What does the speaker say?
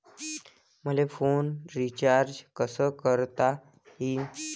मले phone recharge कसा करता येईन?